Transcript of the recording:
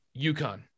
UConn